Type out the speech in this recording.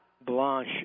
blanche